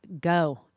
go